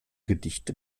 gedichte